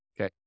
Okay